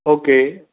okay